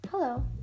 Hello